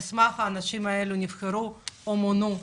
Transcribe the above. על סמך זה האנשים האלה נבחרו או מונו.